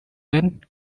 than